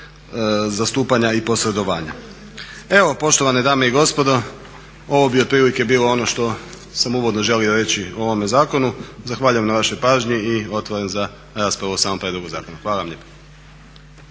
zastupanja i posredovanja. Evo poštovane dame i gospodo, ovo bi otprilike bilo ono što sam uvodno želio reći o ovome zakonu. Zahvaljujem na vašoj pažnji i otvoren za raspravu o samom prijedlogu zakona. Hvala vama lijepa.